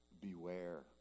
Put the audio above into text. beware